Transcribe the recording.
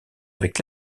avec